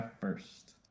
first